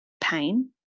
pain